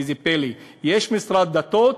איזה פלא: יש משרד דתות,